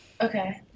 okay